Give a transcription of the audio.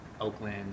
Oakland